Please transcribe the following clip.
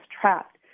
trapped